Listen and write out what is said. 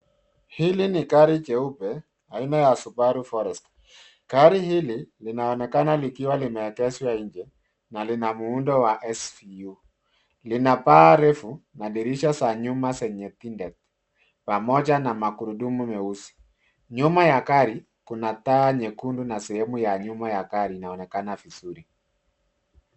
Hili ni gari jeupe aina ya Subaru Forester. Gari hili linaonekana likiwa limeegeshwa nje na lina muundo wa SUV. Lina paa refu na madirisha za nyuma zenye pinde pamoja na magurudumu nyeusi. Nyuma ya gari kuna taa nyekundu na sehemu ya nyuma ya gari inaonekana vizuri.